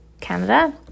Canada